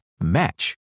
match